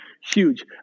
huge